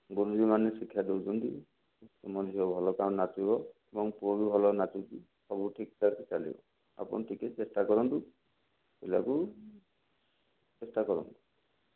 ଗୁରୁଜୀ ମାନେ ଶିକ୍ଷା ଦେଉଛନ୍ତି ତମ ଝିଅ ଭଲ ନାଚିବ ତମ ପୁଅ ବି ଭଲ ନାଚୁଛି ସବୁ ଠିକ୍ଠାକ୍ ଚାଲିଛି ଆପଣ ଟିକିଏ ଚେଷ୍ଟା କରନ୍ତୁ ପିଲାକୁ ଚେଷ୍ଟା କରନ୍ତୁ